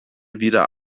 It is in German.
weder